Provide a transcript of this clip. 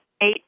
eight